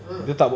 ah